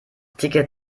ticket